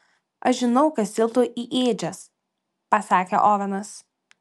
aš žinau kas tilptu į ėdžias pasakė ovenas